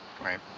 right